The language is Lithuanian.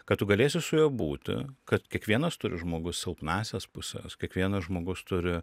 kad tu galėsi su juo būti kad kiekvienas turi žmogus silpnąsias puses kiekvienas žmogus turi